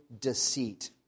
deceit